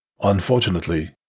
Unfortunately